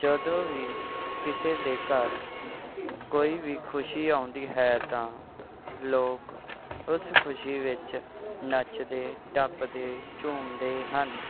ਜਦੋਂ ਵੀ ਕਿਸੇ ਦੇ ਘਰ ਕੋਈ ਵੀ ਖੁਸ਼ੀ ਆਉਂਦੀ ਹੈ ਤਾਂ ਲੋਕ ਉਸ ਖੁਸ਼ੀ ਵਿੱਚ ਨੱਚਦੇ ਟੱਪਦੇ ਝੂੰਮਦੇ ਹਨ